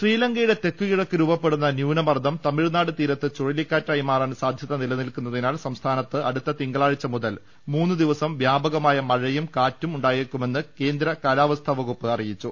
ശ്രീലങ്കയുടെ തെക്കുകിഴക്ക് രൂപപ്പെടുന്ന ന്യൂനമർദം തമിഴ്നാട് തീരത്ത് ചുഴലിക്കാറ്റായി മാറാൻ സാധ്യത നിലനിൽക്കുന്നതിനാൽ സംസ്ഥാനത്ത് അടുത്ത തിങ്കളാഴ്ച മുതൽ മൂന്ന് ദിവസം പ്യാപ്കമായ മഴയും കാറ്റും ഉണ്ടായേക്കുമെന്ന് കേന്ദ്ര കാലാവസ്ഥാ വകുപ്പ് അറിയിച്ചു